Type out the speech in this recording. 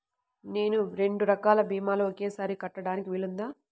నేను రెండు రకాల భీమాలు ఒకేసారి కట్టడానికి వీలుందా?